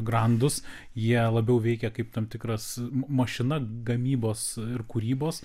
grandus jie labiau veikia kaip tam tikras ma mašina gamybos ir kūrybos